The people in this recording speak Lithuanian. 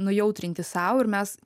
nujautrinti sau ir mes